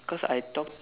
cause I talk